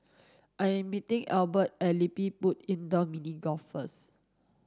I'm meeting Ebert at LilliPutt Indoor Mini Golf first